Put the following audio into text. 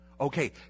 Okay